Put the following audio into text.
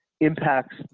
impacts